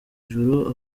ijuru